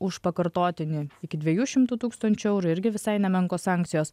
už pakartotinį iki dviejų šimtų tūkstančių eurų irgi visai nemenkos sankcijos